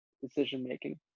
decision-making